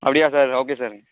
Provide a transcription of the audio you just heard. அப்படியா sir okay sir